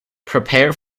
prepare